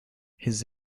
his